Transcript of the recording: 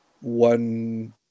one